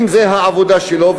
אם זה העבודה שלו,